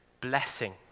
blessing